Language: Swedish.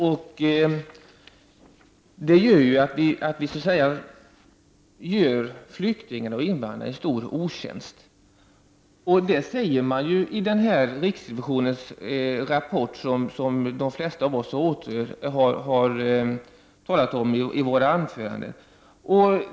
Därmed gör vi flyktingarna och invandrarna en stor otjänst, vilket också sägs i den rapport från riksrevisionsverket som också de föregående talarna berörde i sina anföranden.